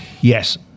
Yes